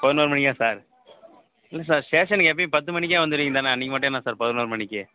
பதினோரு மணிக்கா சார் என்ன சார் ஸ்டேஷனுக்கு எப்போயும் பத்து மணிக்கு வந்துடுவீங்க தானே அன்னைக்கு மட்டும் என்ன சார் பதினோரு மணிக்கு